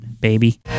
baby